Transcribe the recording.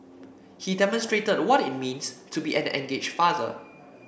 he demonstrated what it means to be an engaged father